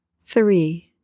Three